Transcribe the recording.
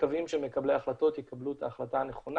מקווים שמקבלי ההחלטות יקבלו את ההחלטה הנכונה